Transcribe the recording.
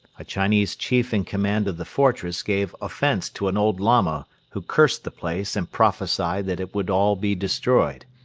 a chinese chief in command of the fortress gave offence to an old lama who cursed the place and prophesied that it would all be destroyed.